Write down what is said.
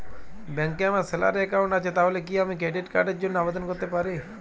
ব্যাংকে আমার salary account আছে তাহলে কি আমি ক্রেডিট কার্ড র জন্য আবেদন করতে পারি?